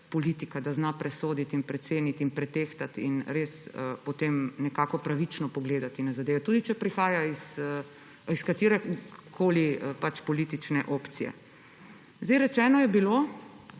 da zna presoditi in preceniti in pretehtati in res potem nekako pravično pogledati na zadevo, iz katerekoli politične opcije prihaja. Rečeno je bilo,